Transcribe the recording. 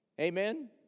Amen